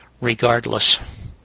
regardless